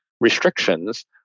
restrictions